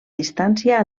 distància